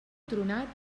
tronat